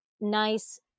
nice